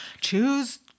choose